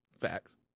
Facts